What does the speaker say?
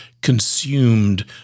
consumed